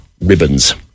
ribbons